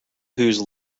whose